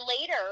later